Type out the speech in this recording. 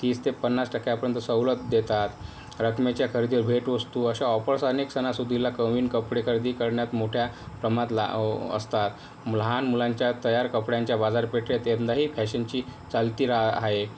तीस ते पन्नास टक्क्यापर्यंत सवलत देतात रकमेच्या खरेदीवर भेटवस्तू अशा ऑफर्स अनेक सणासुदीला नवीन कपडे खरेदी करण्यात मोठ्या प्रमाणात असतात लहान मुलांच्या तयार कपड्यांच्या बाजारपेठेत यंदाही फॅशनची चलती रा आहे